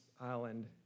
Island